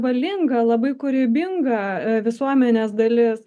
valinga labai kūrybinga visuomenės dalis